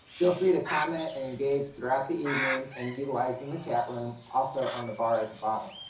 feel free to comment and engage throughout the evening and utilize and the chat room, also on the bar at the bottom.